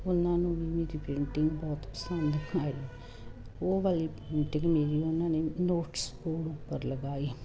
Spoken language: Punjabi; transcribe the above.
ਉਹਨਾਂ ਨੂੰ ਵੀ ਮੇਰੀ ਪੇਂਟਿੰਗ ਬਹੁਤ ਪਸੰਦ ਆਈ ਉਹ ਵਾਲੀ ਪੇਂਟਿੰਗ ਮੇਰੀ ਉਹਨਾਂ ਨੇ ਨੋਟਿਸ ਬੋਰਡ ਉੱਪਰ ਲਗਾਈ